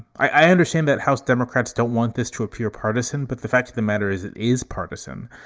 i understand that house democrats don't want this to appear partisan, but the fact of the matter is it is partisan.